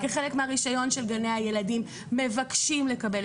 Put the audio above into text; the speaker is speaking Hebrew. כחלק מהרישיון של גני הילדים מבקשים לקבל